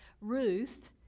Ruth